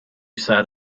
sat